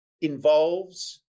involves